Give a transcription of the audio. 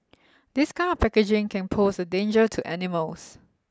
this kind of packaging can pose a danger to animals